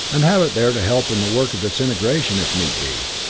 and have it there to help in the work of disintegration, if need be.